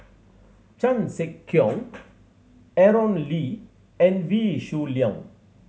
Chan Sek Keong Aaron Lee and Wee Shoo Leong